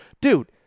dude